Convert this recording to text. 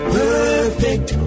perfect